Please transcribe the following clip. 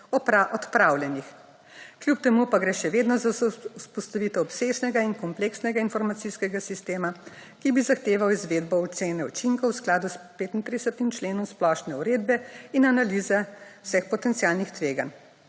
odpravljenih. Kljub temu pa gre še vedno za vzpostavitev obsežnega in kompleksnega informacijskega sistema, ki bi zahteval izvedbo ocene učinkov v skladu s 35. členov splošne uredbe in analize vseh potencialnih tveganj.